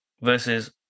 Versus